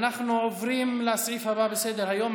אנחנו עוברים לסעיף הבא בסדר-היום,